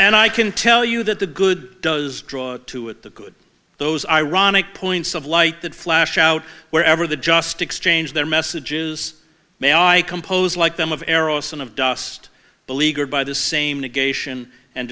and i can tell you that the good does draw to it the good those ironic points of light that flash out wherever the just exchange their messages may i composed like them of arrow son of dust beleaguered by the same negation and